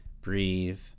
breathe